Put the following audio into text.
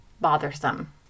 bothersome